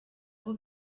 aho